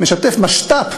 משת"פ,